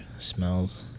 smells